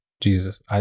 Jesus